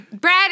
Brad